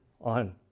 on